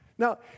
Now